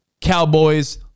Cowboys